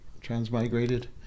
transmigrated